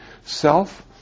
self